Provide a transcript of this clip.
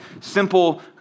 simple